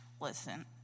Listen